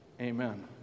Amen